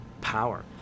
power